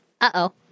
Uh-oh